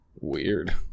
Weird